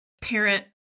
parent